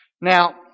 Now